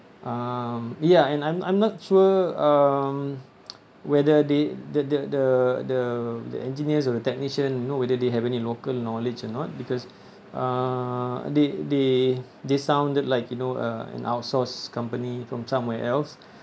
um ya and I'm I'm not sure whether they the the the the the engineers or the technician you know whether they have any local knowledge or not because uh they they they sounded like you know uh an outsource company from somewhere else